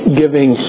giving